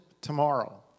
tomorrow